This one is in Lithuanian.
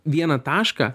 vieną tašką